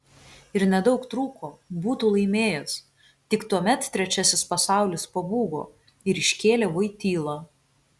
ir nedaug trūko būtų laimėjęs tik tuomet trečiasis pasaulis pabūgo ir iškėlė voitylą